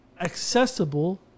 accessible